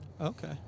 Okay